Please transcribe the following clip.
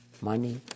money